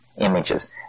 images